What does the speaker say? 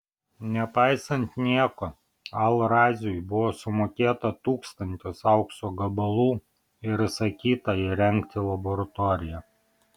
nepaisant nieko al raziui buvo sumokėta tūkstantis aukso gabalų ir įsakyta įrengti laboratoriją